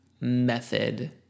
method